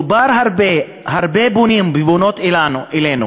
דובר הרבה, הרבה פונים ופונות אלינו